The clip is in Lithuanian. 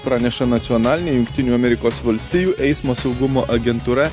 praneša nacionalinė jungtinių amerikos valstijų eismo saugumo agentūra